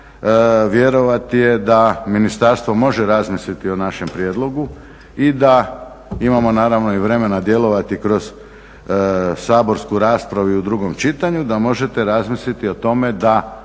vjerovati je da ministarstvo može razmisliti o našem prijedlogu i da imamo naravno i vremena djelovati kroz saborsku raspravu i u drugom čitanju da možete razmisliti o tome da